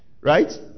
right